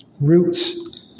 roots